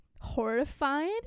horrified